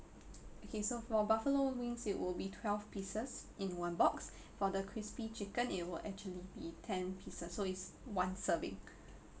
okay so for buffalo wings it will be twelve pieces in one box for the crispy chicken it will actually be ten pieces so it's one serving